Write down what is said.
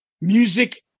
music